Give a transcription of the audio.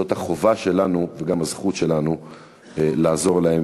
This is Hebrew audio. זאת החובה שלנו וגם הזכות שלנו לעזור להם.